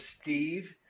Steve